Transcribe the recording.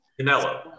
Canelo